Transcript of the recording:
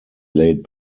laid